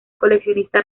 coleccionista